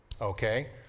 Okay